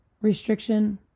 restriction